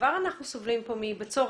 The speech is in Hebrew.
וכבר אנחנו סובלים כאן מבצורת,